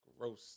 Gross